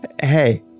hey